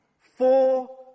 Four